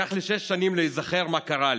לקח לי שש שנים להיזכר מה קרה לי,